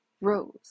Rose